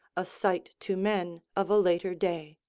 a sight to men of a later day.